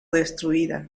destruida